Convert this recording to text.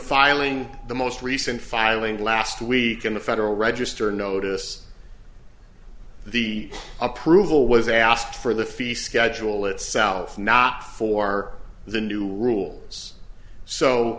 filing the most recent filing last week in the federal register notice the approval was asked for the fee schedule itself not for the new rules so